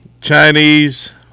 Chinese